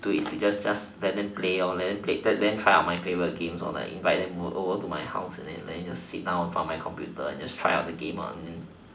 into it is to just just let them play let them play let let let them try out my games or like invite them to over over to my house and just sit down in front of the computer and just try out the games